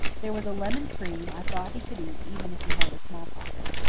there was a lemon cream i thought he could eat even if he had the smallpox.